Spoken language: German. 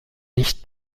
nicht